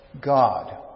God